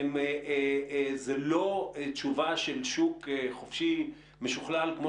זה לא תשובה של שוק חופשי משוכלל כמו